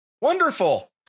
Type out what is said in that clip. wonderful